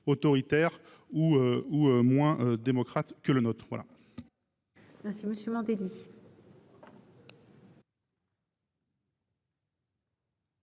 autoritaires, sinon moins démocrates que le nôtre.